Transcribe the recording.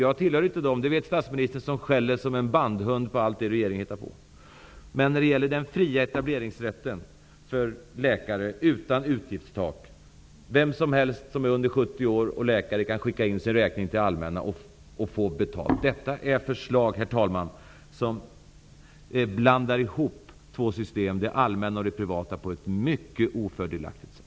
Jag är inte en av dem som skäller som en bandhund på allt vad regeringen hittar på -- det vet statsministern. Men jag är upprörd i fråga om den fria etableringsrätten utan utgiftstak för läkare. Vem som helst som är under 70 år och är läkare kan skicka in sin räkning till det allmänna och få betalt. Detta är förslag, herr talman, som blandar ihop två system, det allmänna och det privata, på ett mycket ofördelaktigt sätt.